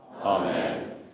Amen